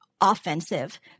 offensive